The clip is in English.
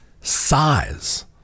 size